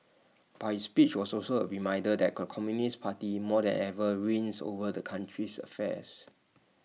but his speech was also A reminder that the communist party more than ever reigns over the country's affairs